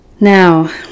now